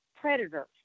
predator